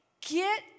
get